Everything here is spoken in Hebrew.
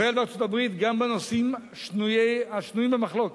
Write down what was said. ישראל וארצות-הברית, גם בנושאים השנויים במחלוקת,